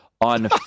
on